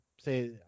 say